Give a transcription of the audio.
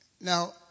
Now